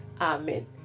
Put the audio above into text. Amen